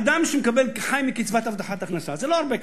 אדם שחי מקצבת הבטחת הכנסה, זה לא הרבה כסף.